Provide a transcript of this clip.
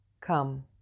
come